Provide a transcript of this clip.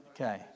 Okay